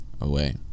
away